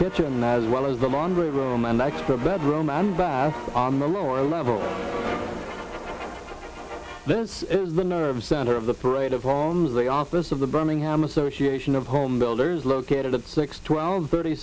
kitchen as well as the laundry room and extra bedroom and back on the lower level that's minerva center of the parade of homes the office of the birmingham association of home builders located at six twelve thirty